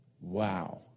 wow